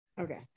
okay